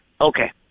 okay